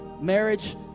marriage